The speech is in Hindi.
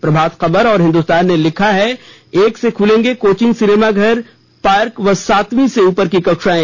प्रभात खबर और हिन्दुस्तान ने लिखा है एक से खुलेंगे कोचिंग ॅसिनेमा घर पार्क व सातवीं से ऊपर की कक्षाएं